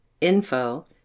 info